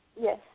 Yes